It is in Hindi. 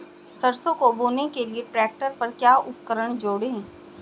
सरसों को बोने के लिये ट्रैक्टर पर क्या उपकरण जोड़ें?